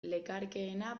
lekarkeena